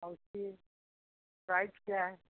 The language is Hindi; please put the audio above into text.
और उसकी प्राइज क्या है